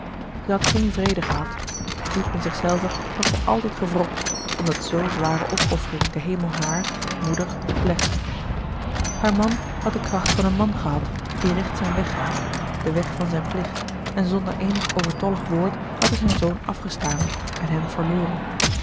had geen vrede gehad diep in zichzelve had zij altijd gewrokt omdat zoo zware opoffering de hemel haar moeder oplegde haar man had de kracht van een man gehad die recht zijn weg gaat den weg van zijn plicht en zonder eenig overtollig woord had hij zijn zoon afgestaan en hem verloren